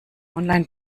online